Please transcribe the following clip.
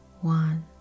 One